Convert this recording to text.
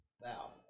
Wow